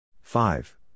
five